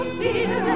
fear